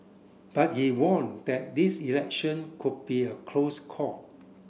but he warned that this election could be a close call